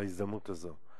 בהזדמנות הזאת.